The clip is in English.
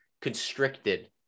constricted